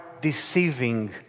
deceiving